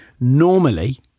normally